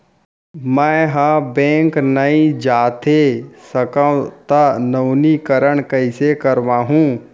मैं ह बैंक नई जाथे सकंव त नवीनीकरण कइसे करवाहू?